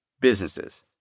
Businesses